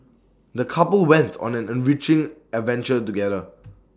the couple went on an enriching adventure together